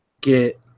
get